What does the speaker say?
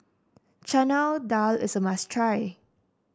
Chana Dal is a must try